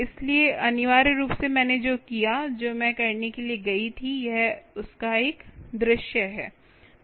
इसलिए अनिवार्य रूप से मैंने जो किया जो मैं करने के लिए गई थी यह उस का एक दृश्य है